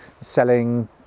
selling